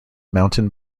mountain